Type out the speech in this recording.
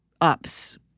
ups